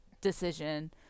decision